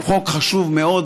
הוא חוק חשוב מאוד,